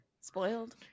Spoiled